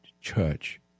church